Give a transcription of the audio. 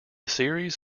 series